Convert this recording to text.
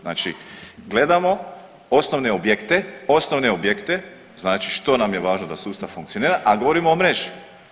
Znači gledamo osnovne objekte, osnovne objekte, znači što nam je važno da sustav funkcionira, a govorimo o mreži.